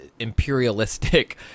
Imperialistic